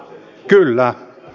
kyllä